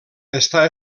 està